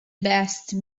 best